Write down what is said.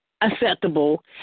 acceptable